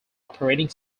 operating